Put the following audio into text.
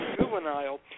juvenile